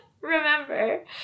remember